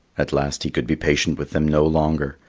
at last he could be patient with them no longer,